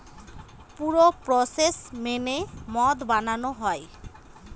পুরো প্রসেস মেনে মদ বানানো হয়